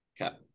Okay